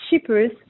shippers